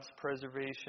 preservation